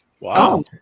Wow